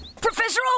Professor